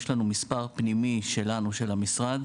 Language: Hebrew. יש לנו מספר פנימי שלנו של המשרד,